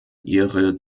ihre